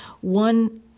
one